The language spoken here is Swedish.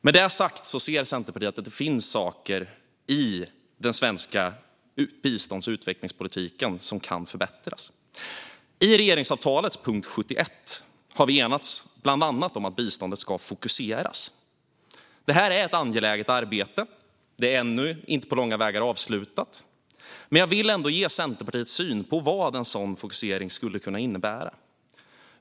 Med det sagt ser Centerpartiet att det finns saker i den svenska bistånds och utvecklingspolitiken som kan förbättras. I regeringsavtalets punkt 71 har vi enats bland annat om att biståndet ska fokuseras. Det är ett angeläget arbete. Det är ännu inte på långa vägar avslutat. Men jag vill ändå ge Centerpartiets syn på vad en sådan fokusering skulle kunna innebära.